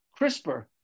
CRISPR